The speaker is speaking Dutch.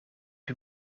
een